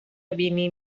بینی